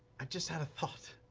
i just had a thought.